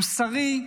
מוסרי,